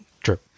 True